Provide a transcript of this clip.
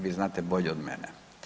Vi znate bolje od mene.